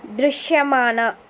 దృశ్యమాన